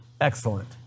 Excellent